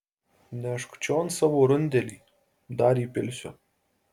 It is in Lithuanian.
nešk čion savo rundelį dar įpilsiu